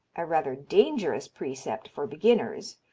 a rather dangerous precept for beginners.